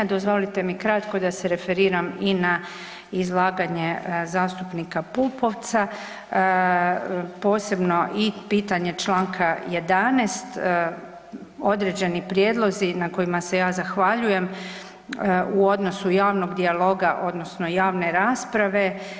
Dozvolite mi kratko da se referiram i na izlaganje zastupnika Pupovca posebno i pitanje članka 11. određeni prijedlozi na kojima se ja zahvaljujem u odnosu javnog dijaloga odnosno javne rasprave.